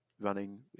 running